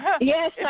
Yes